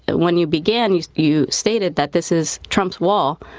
when you began you you stated that this is trump's wall.